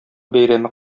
бәйрәме